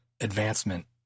advancement